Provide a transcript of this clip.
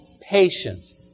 patience